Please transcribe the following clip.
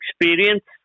experience